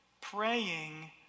praying